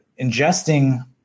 ingesting